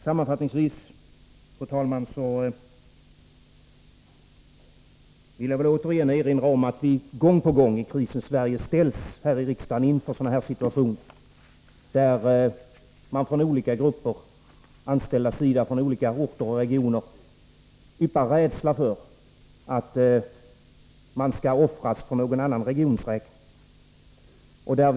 Sammanfattningsvis, fru talman, vill jag åter erinra om att vi här i riksdagen, i krisens Sverige gång på gång ställs inför situationer där olika grupper av anställda från skilda orter och regioner uttalar rädsla för att de skall offras till förmån för sysselsättningen i någon annan region.